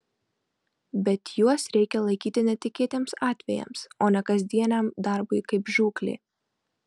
bet juos reikia laikyti netikėtiems atvejams o ne kasdieniam darbui kaip žūklė